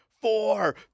four